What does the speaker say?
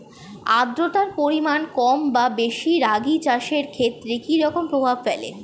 আদ্রতার পরিমাণ কম বা বেশি রাগী চাষের ক্ষেত্রে কি রকম প্রভাব ফেলে?